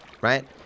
right